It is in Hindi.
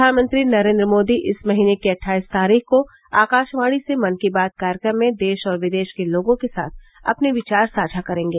प्रधानमंत्री नरेन्द्र मोदी इस महीने की अट्ठाईस तारीख को आकाशवाणी से मन की बात कार्यक्रम में देश और विदेश के लोगों के साथ अपने विचार साझा करेंगे